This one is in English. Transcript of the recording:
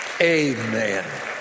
Amen